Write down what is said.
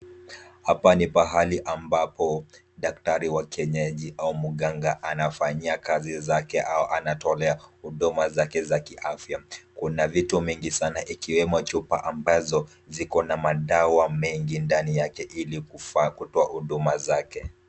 Hapa ni pahali ambapo daktari wa kienyeji au mganga anafanya kazi zake au anatolea huduma zake za kiafya. Kuna vitu mingi sana ikiwemo chupa ambazo zikona madawa mengi ndani yake ili kufaa kutoa huduma zake.